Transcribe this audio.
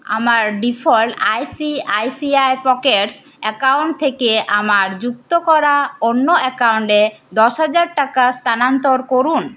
আমার default ICICI pockets account থেকে আমার যুক্ত করা অন্য অ্যাকাউন্টে দশ হাজার টাকা স্থানান্তর করুন